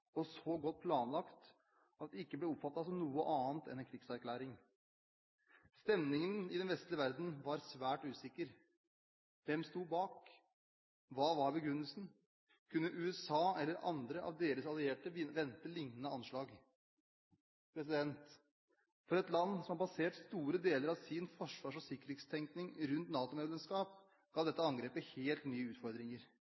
og så godt planlagt at det ikke ble oppfattet som noe annet enn en krigserklæring. Stemningen i den vestlige verden var svært usikker. Hvem sto bak? Hva var begrunnelsen? Kunne USA eller andre av deres allierte vente lignende anslag? For et land som har basert store deler av sin forsvars- og sikkerhetstenkning på NATO-medlemskap, ga